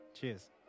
Cheers